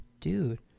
Dude